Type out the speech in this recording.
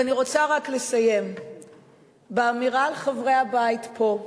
ואני רוצה רק לסיים באמירה על חברי הבית פה.